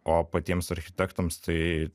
o patiems architektams tai